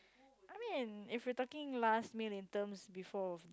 I mean if you're talking last meal in terms before